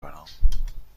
برام